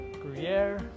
gruyere